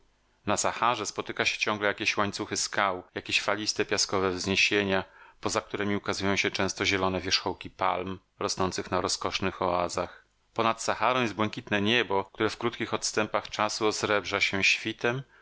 na saharze spotyka się ciągle jakieś łańcuchy skał jakieś faliste piaskowe wzniesienia poza któremi ukazają się często zielone wierzchołki palm rosnących na rozkosznych oazach ponad saharą jest błękitne niebo które w krótkich odstępach czasu osrebrza się świtem